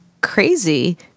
crazy